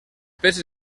peces